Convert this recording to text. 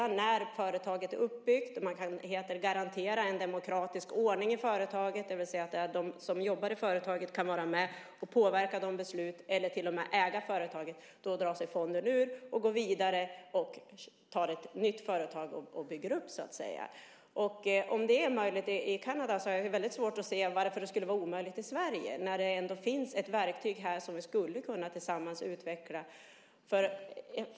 När företaget är uppbyggt och man kan garantera en demokratisk ordning i företaget, det vill säga att de som jobbar i företaget kan vara med och påverka besluten eller till och med äga företaget, drar sig fonden ur och går vidare med ett nytt företag som man så att säga bygger upp. Om det är möjligt i Kanada har jag väldigt svårt att se varför det skulle vara omöjligt i Sverige, när det ändå finns ett verktyg här som vi tillsammans skulle kunna utveckla.